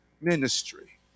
ministry